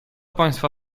państwa